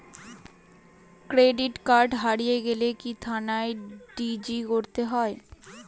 Credit card হারিয়ে গেলে কি থানায় জি.ডি করতে হয়?